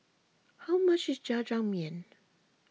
how much is Jajangmyeon